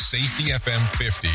SafetyFM50